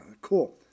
Cool